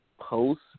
post